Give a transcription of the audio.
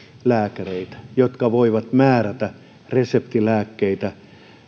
lääkäreitä jotka voivat määrätä reseptilääkkeitä